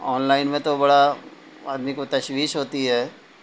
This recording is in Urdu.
آنلائن میں تو بڑا آدمی کو تشویش ہوتی ہے